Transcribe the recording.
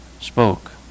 spoke